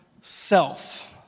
self